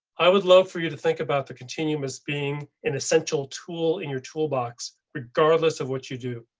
i would love for you to think about the continuum is being an essential tool in your toolbox, regardless of what you do.